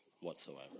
whatsoever